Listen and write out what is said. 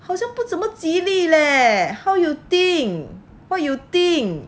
好像不怎么吉利 leh how you think what you what you think